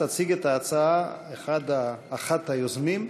תציג את ההצעה אחת מהיוזמים,